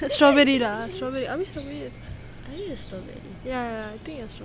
strawberry lah strawberry are we strawberry ya ya I think we're strawberry